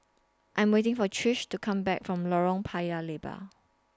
I Am waiting For Trish to Come Back from Lorong Paya Lebar